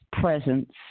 presence